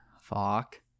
Fuck